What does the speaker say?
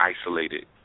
isolated